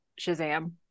Shazam